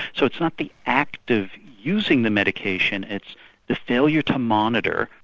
so it's not the act of using the medication it's the failure to monitor,